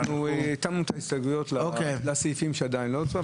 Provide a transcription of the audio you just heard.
התאמנו את ההסתייגויות לסעיפים שעדיין לא הוצבעו.